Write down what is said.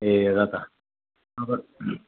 ए र त अब